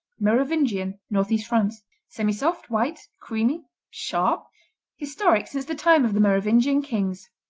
merovingian northeast france semisoft white creamy sharp historic since the time of the merovingian kings.